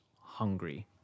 hungry